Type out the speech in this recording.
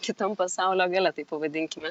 kitam pasaulio gale taip pavadinkime